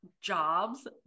jobs